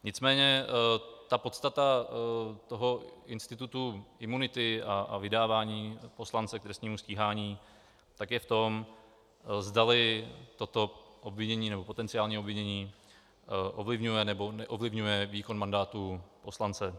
Nicméně podstata institutu imunity a vydávání poslance k trestnímu stíhání je v tom, zdali toto obvinění nebo potenciální obvinění ovlivňuje, nebo neovlivňuje výkon mandátu poslance.